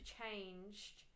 changed